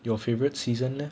your favourite season leh